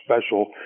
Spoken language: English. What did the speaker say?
special